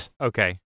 okay